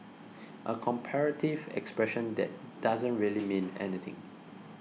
a comparative expression that doesn't really mean anything